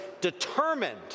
determined